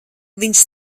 viņš